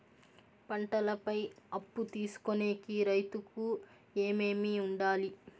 పంటల పై అప్పు తీసుకొనేకి రైతుకు ఏమేమి వుండాలి?